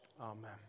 amen